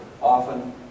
often